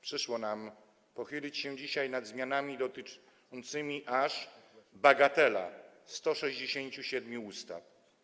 Przyszło nam pochylić się dzisiaj nad zmianami dotyczącymi aż - bagatela - 167 ustaw.